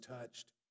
touched